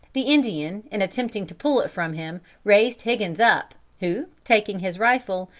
the indian, in attempting to pull it from him, raised higgins up, who, taking his rifle,